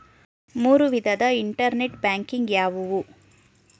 ಮೂರು ವಿಧದ internet banking ಯಾವುವು?